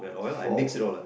four